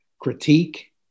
critique